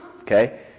Okay